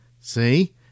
see